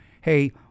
hey